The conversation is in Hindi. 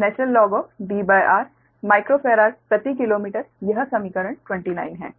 00242InDr माइक्रोफेराड प्रति किलोमीटर यह समीकरण 29 है